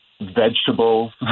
vegetables